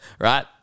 Right